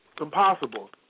impossible